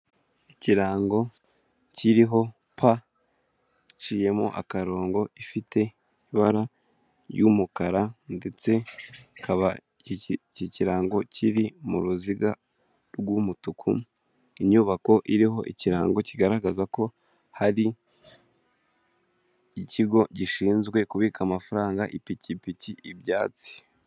Ikirango kiriho pa haciyemo akarongo ifite ibara ry'umukara ndetse ikaba iki kirango kiri mu ruziga rw'umutuku, inyubako iriho ikirango kigaragaza ko hari ikigo gishinzwe kubika amafaranga ipikipiki ibyatsi.